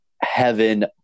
heaven